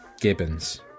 Gibbons